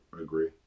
agree